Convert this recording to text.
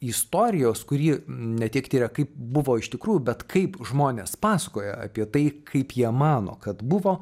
istorijos kuri ne tik tiria kaip buvo iš tikrųjų bet kaip žmonės pasakoja apie tai kaip jie mano kad buvo